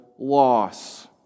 loss